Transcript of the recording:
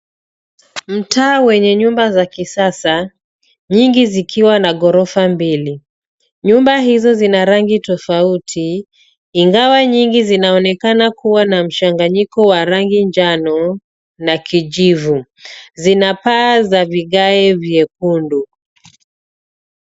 Mtaa wenye nyumba za kisasa, nyingi zikiwa na ghorofa mbili. Nyumba hizo zina rangi tofauti ingawa nyingi zinaonekana kuwa na mchanganyiko wa rangi njano na kijivu. Zina paa za vigae vyekundu.